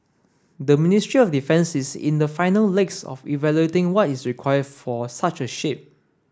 the Ministry of Defence is in the final legs of evaluating what is required for such a ship